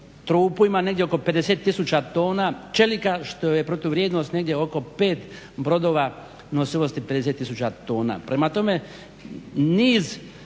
trupu ima negdje oko 50 tisuća tona čelika što je protuvrijednost negdje oko 5 brodova nosivosti 50 tisuća tona. Prema tome, niz